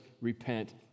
repent